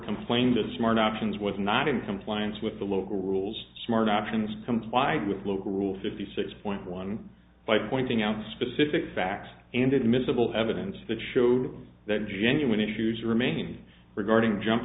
complained that smart options was not in compliance with the local rules smart options complied with local rule fifty six point one by pointing out specific facts and admissible evidence that showed that genuine introduce remains regarding jump